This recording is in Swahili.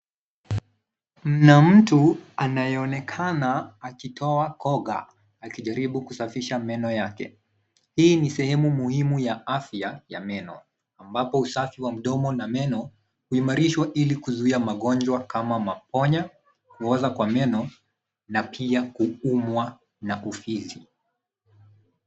Kuna mtu anayeonekana akitoa koga akijaribu kusafisha meno yake. Hii ni sehemu muhimu ya afya ya meno ambapo usafi wa mdomo na meno huimarishwa ili kuzuia magonjwa kama maponya, kuoza kwa meno na pia kuumwa na ufizi.